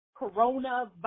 coronavirus